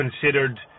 considered